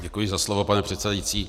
Děkuji za slovo, pane předsedající.